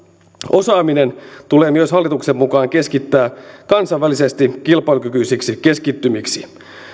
osaaminen tulee myös hallituksen mukaan keskittää kansainvälisesti kilpailukykyisiksi keskittymiksi